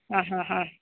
അഹ് അഹ് അഹ്